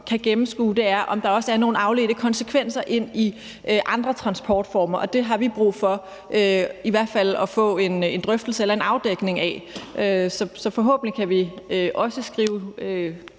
kan gennemskue, er, om der også er nogle afledte konsekvenser ind i andre transportformer, og det har vi brug for at få i hvert fald en drøftelse eller en afdækning af. Så forhåbentlig kan vi også skrive